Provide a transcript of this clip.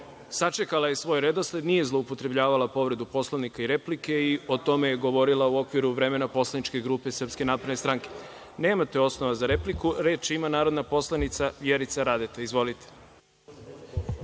Sačekala je svoj redosled, nije zloupotrebljavala povredu Poslovnika i replike i o tome je govorila u okviru vremena poslaničke grupe SNS.Nemate osnova za repliku. Reč ima narodna poslanica Vjerica Radeta. **Vjerica